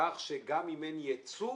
כך שגם אם אין ייצור,